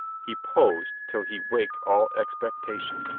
he posed till he waked all expectation.